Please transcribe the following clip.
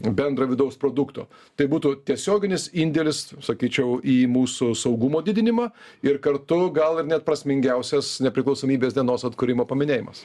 bendro vidaus produkto tai būtų tiesioginis indėlis sakyčiau į mūsų saugumo didinimą ir kartu gal ir net prasmingiausias nepriklausomybės dienos atkūrimo paminėjimas